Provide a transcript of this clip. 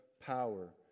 power